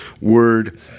Word